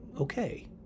okay